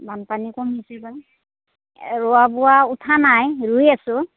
বানপানী কমিছে ন ৰোৱা বোৱা উঠা নাই ৰুই আছোঁ